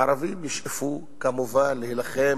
ערבים ישאפו כמובן להילחם